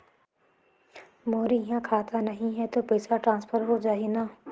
मोर इहां खाता नहीं है तो पइसा ट्रांसफर हो जाही न?